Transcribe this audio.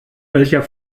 welcher